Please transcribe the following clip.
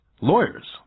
lawyers